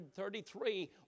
133